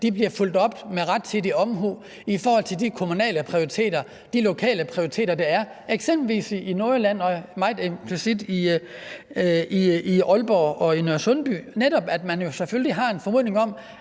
bliver fulgt op med rettidig omhu i forhold til de kommunale og lokale prioriteter, der er, eksempelvis i Nordjylland og meget eksplicit i Aalborg og i Nørresundby. Man har selvfølgelig en formodning om,